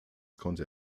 konnte